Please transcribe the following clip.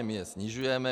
My je snižujeme.